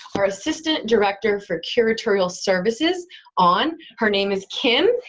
our assistant director for curatorial services on, her name is kim,